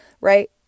right